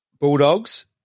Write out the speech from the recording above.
Bulldogs